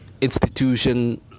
institution